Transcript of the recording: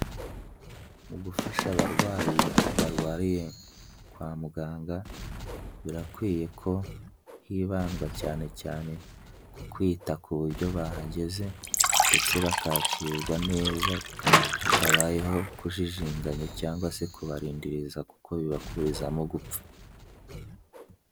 Mu gufasha abarwayi barwariye kwa muganga birakwiye ko hibandwa cyane cyane ku kwita ku buryo bahageze ndetse bakakirwa neza hatabayeho kujijinganya cyangwa se kubarindiriza kuko bibakurizamo gupfa.